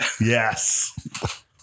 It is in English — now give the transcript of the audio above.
Yes